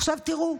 עכשיו תראו,